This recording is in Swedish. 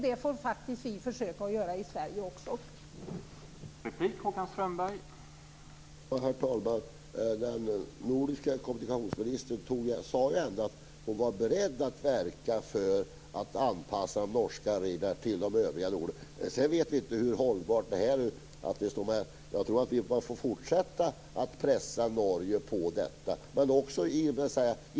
Det får vi faktiskt vi i Sverige också försöka göra.